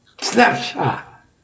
snapshot